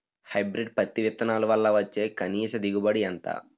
Hybrid పత్తి విత్తనాలు వల్ల వచ్చే కనీస దిగుబడి ఎంత?